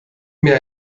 mir